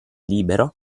libero